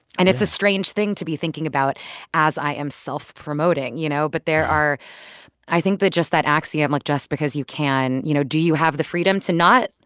and it's a strange thing to be thinking about as i am self-promoting, you know? but there are i think that just that axiom, like, just because you can you know, do you have the freedom to not?